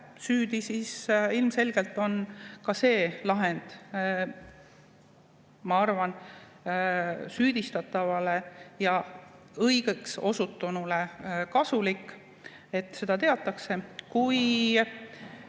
süüdi, siis ilmselgelt on ka see, ma arvan, süüdistatavale ja õigeks osutunule kasulik, et seda teatakse. Kui